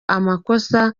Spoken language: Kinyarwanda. amakosa